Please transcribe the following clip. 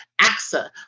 AXA